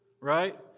right